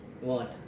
One